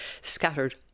scattered